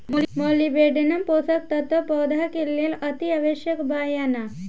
Molybdenum पोषक तत्व पौधा के लेल अतिआवश्यक बा या न?